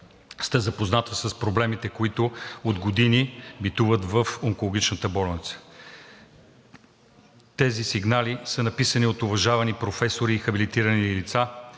сте запозната с проблемите, които от години битуват в онкологичната болница. Тези сигнали са написани от уважавани професори и хабилитирани лица,